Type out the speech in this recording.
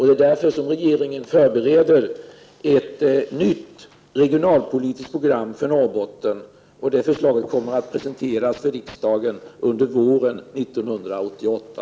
Det är därför som regeringen förbereder ett nytt regionalpolitiskt program för Norrbotten. Det förslaget kommer att presenteras för riksdagen under våren 1988.